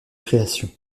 création